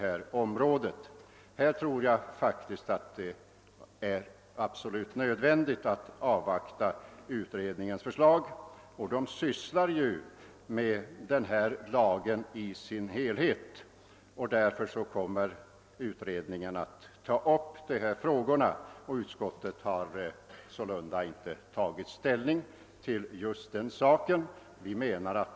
Här är det nog absolut nödvändigt att avvakta förslag från utredningen, som ju sysslar med statstjänstemannalagen i dess helhet. Med hänvisning till detta har utskottet inte velat ta ställning i just denna fråga.